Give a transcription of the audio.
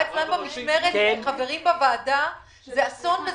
אצלם במשמרת כחברים בוועדה זה אסון.